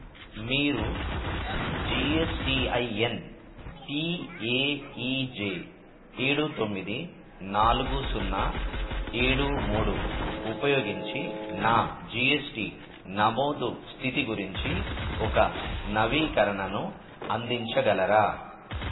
మీరు G S T I N P A E J ఏడు తొమ్మిది నాలుగు సున్నా ఏడు మూడు ఉపయోగించి నా జి ఎస్ టి నమోదు స్థితి గురించి ఒక నవీకరణను అందించగలరా